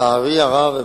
לצערי הרב,